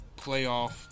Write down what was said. playoff